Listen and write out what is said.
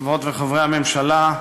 חברות וחברי הממשלה,